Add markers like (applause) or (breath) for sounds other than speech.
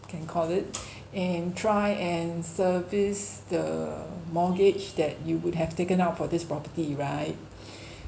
can call it and try and service the mortgage that you would have taken out for this property right (breath)